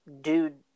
Dude